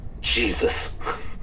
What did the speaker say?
Jesus